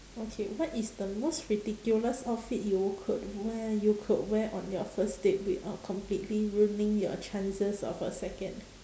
okay what is the most ridiculous outfit you could wear you could wear on your first date without completely ruining your chances of a second